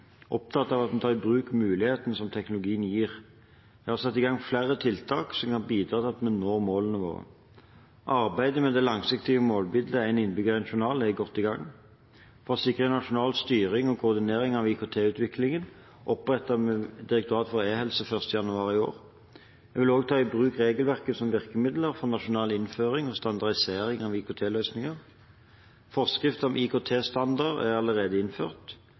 opptatt av at vi tar i bruk mulighetene som teknologien gir. Jeg har satt i gang flere tiltak som kan bidra til at vi når målene våre. Arbeidet med det langsiktige målbildet «én innbygger – én journal» er godt i gang. For å sikre nasjonal styring og koordinering av IKT-utviklingen opprettet vi Direktoratet for e-helse den 1. januar i år. Jeg vil også ta i bruk regelverket som virkemiddel for nasjonal innføring og standardisering av IKT-løsninger. Forskrift om IKT-standarder er allerede innført.